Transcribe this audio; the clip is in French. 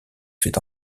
fait